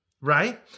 right